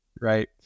right